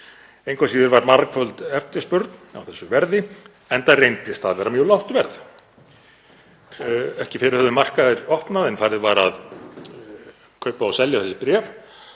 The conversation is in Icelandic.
Engu að síður var margföld eftirspurn á þessu verði, enda reyndist það vera mjög lágt. Ekki fyrr höfðu markaðir opnað en farið var að kaupa og selja þessi bréf